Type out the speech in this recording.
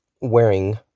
wearing